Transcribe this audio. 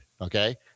Okay